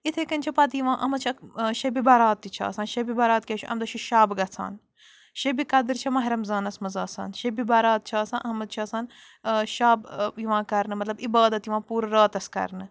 اِتھٕے کٔنۍ چھِ پتہٕ یِوان اَتھ منٛز چھِ اَکھ شبِ بَرات تہِ چھِ آسان شَبِ بَرات کیٛاہ چھُ اَمہِ دۄہ چھُ شَب گَژھان شبِ قدٕر چھِ ماہِ رمضانس منٛز آسان شبِ بَرات چھِ آسان اَتھ منٛز چھِ آسان شَب یِوان کرنہٕ مطلب عِبادت یِوان پوٗرٕ راتس کَرنہٕ